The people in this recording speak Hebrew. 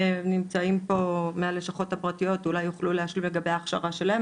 נמצאים פה מהלשכות הפרטיות ואולי הם יוכלו להשלים לגבי ההכשרה שלהם.